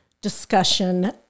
discussion